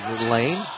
lane